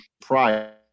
prior